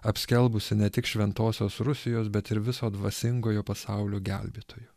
apsiskelbusį ne tik šventosios rusijos bet ir viso dvasingojo pasaulio gelbėtoju